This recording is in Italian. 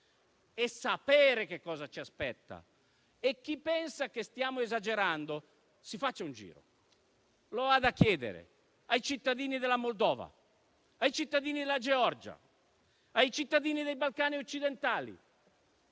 a sapere che cosa ci aspetta. Chi pensa che stiamo esagerando, si faccia un giro; lo vada a chiedere ai cittadini della Moldova, ai cittadini della Georgia, ai cittadini dei Balcani occidentali,